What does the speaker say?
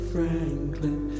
Franklin